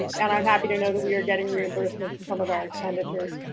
and i'm happy to know but we are getting reimbursement from some of our expenditures.